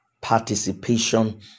participation